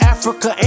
Africa